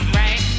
right